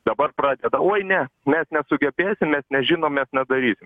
dabar pradeda oi ne mes nesugebėsim mes nežinom mes nedarysim